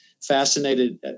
fascinated